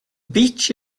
beach